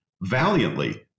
valiantly